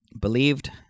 believed